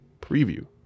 preview